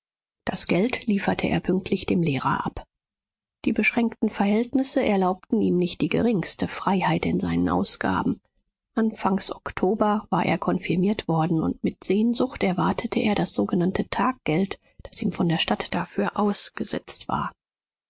das geld lieferte er pünktlich dem lehrer ab die beschränkten verhältnisse erlaubten ihm nicht die geringste freiheit in seinen ausgaben anfangs oktober war er konfirmiert worden und mit sehnsucht erwartete er das sogenannte taggeld das ihm von der stadt dafür ausgesetzt war